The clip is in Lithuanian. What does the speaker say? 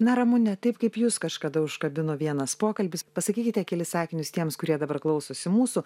na ramune taip kaip jus kažkada užkabino vienas pokalbis pasakykite kelis sakinius tiems kurie dabar klausosi mūsų